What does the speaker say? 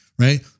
Right